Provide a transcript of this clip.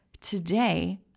Today